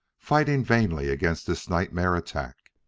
fighting vainly against this nightmare attack.